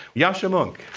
yascha mounk.